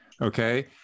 okay